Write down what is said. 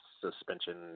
suspension